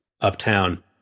uptown